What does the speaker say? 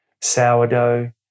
sourdough